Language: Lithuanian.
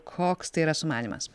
koks tai yra sumanymas